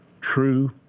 true